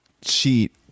cheat